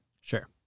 Sure